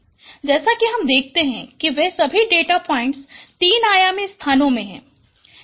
जैसा कि हम देखते हैं कि वे सभी डेटा पॉइंट्स तीन आयामी स्थानों में हैं